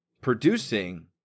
producing